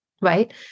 right